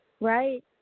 Right